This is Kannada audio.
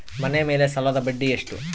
ಮನೆ ಮೇಲೆ ಸಾಲದ ಬಡ್ಡಿ ಎಷ್ಟು?